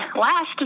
last